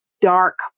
dark